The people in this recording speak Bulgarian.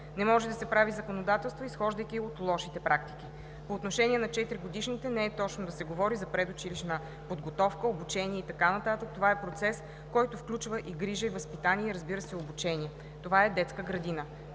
Не може да се прави законодателство, изхождайки от лошите примери. По отношение на 4-годишните не е точно да се говори за предучилищна подготовка, обучение и така нататък, това е процес, който включва и грижа, и възпитание, и разбира се обучение, това е детска градина.